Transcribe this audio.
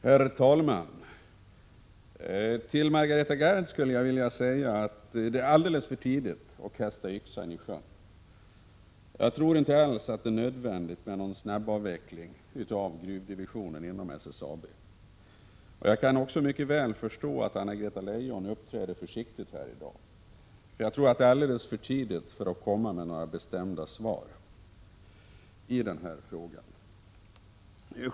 Herr talman! Till Margareta Gard skulle jag vilja säga att det är alldeles för tidigt att kasta yxan i sjön. Jag tror inte alls att det är nödvändigt med någon snabbavveckling av gruvdivisionen inom SSAB. Jag kan mycket väl förstå att Anna-Greta Leijon uppträder försiktigt här i dag, för jag tror att det är alldeles för tidigt att komma med några bestämda svar i den här frågan.